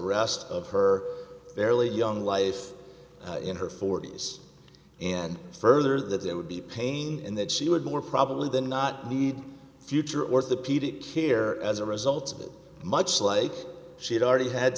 rest of her fairly young life in her forty's and further that there would be pain in that she would more probably than not need future orthopedic here as a result of it much like she'd already had